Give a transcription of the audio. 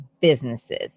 businesses